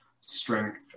strength